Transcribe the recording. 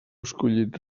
escollit